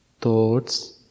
thoughts